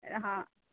हँ